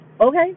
Okay